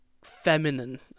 Feminine